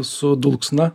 su dulksna